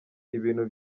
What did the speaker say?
ibintu